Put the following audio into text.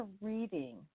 reading